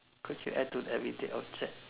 could you add to everyday object